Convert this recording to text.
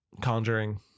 Conjuring